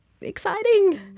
exciting